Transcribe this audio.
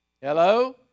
Hello